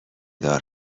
دار